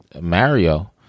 Mario